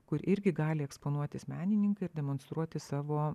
kur irgi gali eksponuotis menininkai ir demonstruoti savo